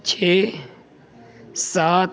چھ سات